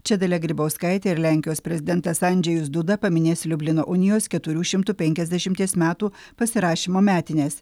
čia dalia grybauskaitė ir lenkijos prezidentas andžejus duda paminės liublino unijos keturių šimtų penkiasdešimties metų pasirašymo metines